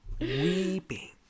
Weeping